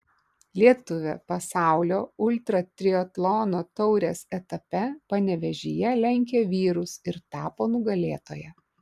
lietuvė pasaulio ultratriatlono taurės etape panevėžyje lenkė vyrus ir tapo nugalėtoja